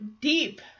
deep